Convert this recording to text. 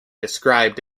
described